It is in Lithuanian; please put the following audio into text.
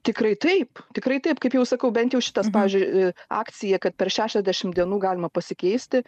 tikrai taip tikrai taip kaip jau sakau bent jau šitas pavyzdžiui akcija kad per šešiasdešim dienų galima pasikeisti